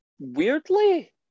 weirdly